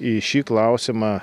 į šį klausimą